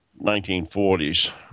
1940s